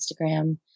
Instagram